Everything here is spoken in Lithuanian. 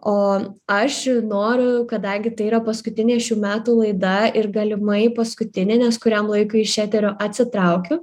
o aš noriu kadangi tai yra paskutinė šių metų laida ir galimai paskutinė nes kuriam laikui iš eterio atsitraukiu